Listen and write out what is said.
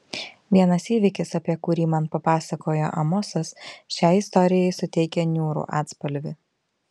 vienas įvykis apie kurį man papasakojo amosas šiai istorijai suteikia niūrų atspalvį